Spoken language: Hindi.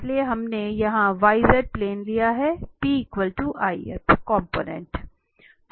इसलिए हमने यहां yz प्लेन लिया है हैं